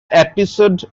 episode